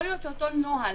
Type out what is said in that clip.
יכול להיות שאותו נוהל,